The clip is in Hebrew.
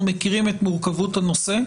אנחנו מכירים את מורכבות הנושא,